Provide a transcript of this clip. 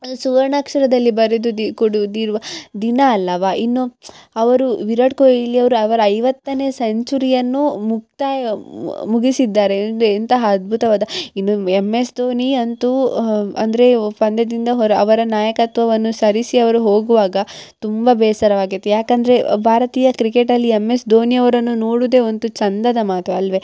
ಸುವರ್ಣಾಕ್ಷರದಲ್ಲಿ ಬರೆದುದು ಕೊಡುದಿರುವ ದಿನ ಅಲ್ಲವಾ ಇನ್ನು ಅವರು ವಿರಾಟ್ ಕೊಹ್ಲಿ ಅವರ ಅವರ ಐವತ್ತನೆಯ ಸೆಂಚುರಿಯನ್ನು ಮುಕ್ತಾಯ ಮುಗಿಸಿದ್ದಾರೆ ಎಂತಹ ಅದ್ಬುತವಾದ ಇನ್ನು ಎಮ್ ಎಸ್ ಧೋನಿ ಅಂತೂ ಅಂದರೆ ಪಂದ್ಯದಿಂದ ಹೊರ ಅವರ ನಾಯಕತ್ವವನ್ನು ಸರಿಸಿ ಅವರು ಹೋಗುವಾಗ ತುಂಬ ಬೇಸರವಾಗಿತ್ತು ಯಾಕಂದರೆ ಭಾರತೀಯ ಕ್ರಿಕೆಟಲ್ಲಿ ಎಮ್ ಎಸ್ ಧೋನಿ ಅವರನ್ನು ನೋಡೋದೆ ಒಂದು ಚಂದದ ಮಾತು ಅಲ್ವೆ